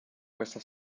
questa